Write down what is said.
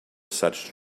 such